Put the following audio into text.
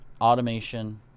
automation